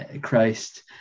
Christ